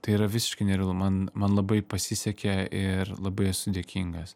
tai yra visiškai nerealu man man labai pasisekė ir labai esu dėkingas